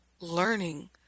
learning